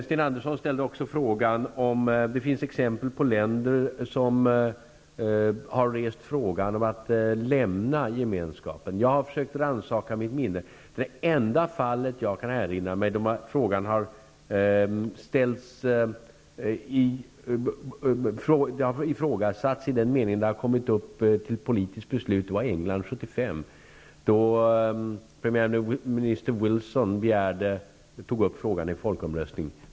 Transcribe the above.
Sten Andersson i Malmö undrade också om det finns exempel på länder som har rest frågan om att lämna gemenskapen. Jag har försökt rannsaka mitt minne. Det enda fall där jag kan erinra mig att det har ifrågasatts i den meningen att det har kommit upp till politiskt beslut gällde England år 1975. Premiärminister Wilson tog upp frågan till folkomröstning.